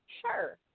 sure